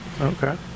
Okay